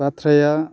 बाथ्राया